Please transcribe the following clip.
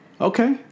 Okay